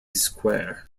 square